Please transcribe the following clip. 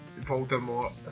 Voldemort